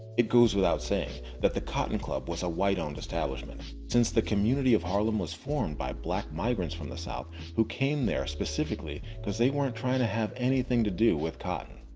it goes without saying that the cotton club was a white owned establishment since the community of harlem was formed by black migrants from the south who came there specifically because they weren't trying to have anything to do with cotton.